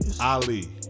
Ali